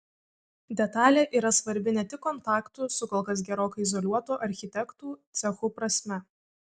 detalė yra svarbi ne tik kontaktų su kol kas gerokai izoliuotu architektų cechu prasme